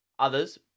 others